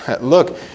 Look